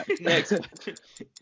Next